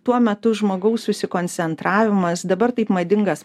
tuo metu žmogaus susikoncentravimas dabar taip madingas